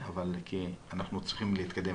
כי אנחנו צריכים להתקדם.